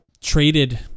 traded